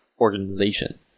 organization